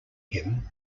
him